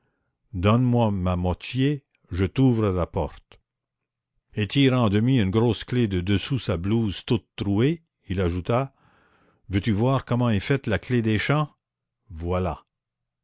donne-moi ma moitié je t'ouvre la porte et tirant à demi une grosse clef de dessous sa blouse toute trouée il ajouta veux-tu voir comment est faite la clef des champs voilà